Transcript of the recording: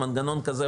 מנגנון כזה,